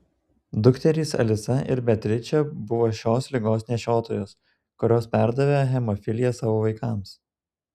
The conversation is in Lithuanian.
dukterys alisa ir beatričė buvo šios ligos nešiotojos kurios perdavė hemofiliją savo vaikams